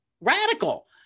radical